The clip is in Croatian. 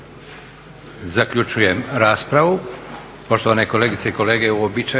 Zaključujem raspravu.